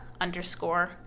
underscore